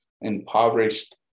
impoverished